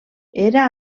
era